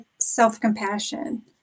self-compassion